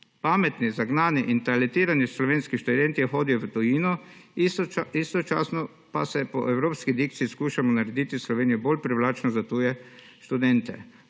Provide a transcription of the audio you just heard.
Pametni, zagnani in talentirani slovenski študentje hodijo v tujino, istočasno pa po evropski dikciji skušamo narediti Slovenijo bolj privlačno za tuje študente.